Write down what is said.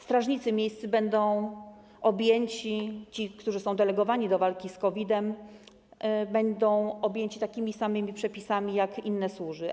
Strażnicy miejscy, ci, którzy są delegowani do walki z COVID, będą objęci takimi samym przepisami jak inne służby.